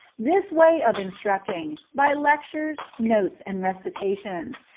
this way of instructing, by lectures, notes, and recitations,